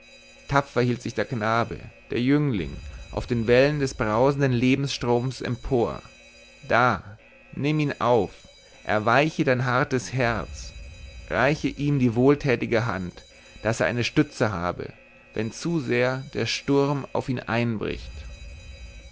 tapfer hielt sich der knabe der jüngling auf den wellen des brausenden lebensstroms empor da nimm ihn auf erweiche dein hartes herz reiche ihm die wohltätige hand daß er eine stütze habe wenn zu sehr der sturm auf ihn einbricht